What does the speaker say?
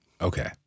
Okay